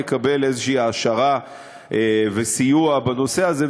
יקבל איזשהם העשרה וסיוע בנושא הזה,